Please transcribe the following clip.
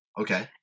Okay